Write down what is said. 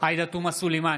עאידה תומא סלימאן,